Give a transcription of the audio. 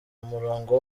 umurongo